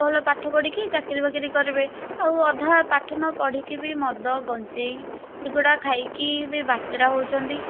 ଭଲ ପାଠ ପଢ଼ିକି ଚାକିରିବାକିରି କରିବେ ଆଉ ଅଧା ପାଠ ନ ପଢ଼ିକି ବି ମଦ ଗଞ୍ଜେଇ ଏଗୁଡ଼ା ଖାଇକି ବି ବାତେରା ହେଉଛନ୍ତି